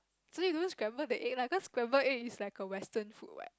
so you don't scramble the egg lah cause scramble egg is like a Western food what